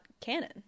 canon